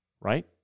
Right